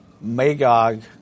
Magog